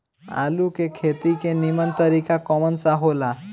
आलू के खेती के नीमन तरीका कवन सा हो ला?